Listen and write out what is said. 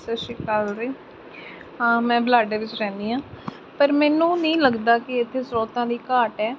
ਸਤਿ ਸ਼੍ਰੀ ਅਕਾਲ ਜੀ ਹਾਂ ਮੈਂ ਬੁਲਾਡੇ ਵਿੱਚ ਰਹਿੰਦੀ ਹਾਂ ਪਰ ਮੈਨੂੰ ਨਹੀਂ ਲੱਗਦਾ ਕਿ ਇੱਥੇ ਸਰੋਤਾਂ ਦੀ ਘਾਟ ਹੈ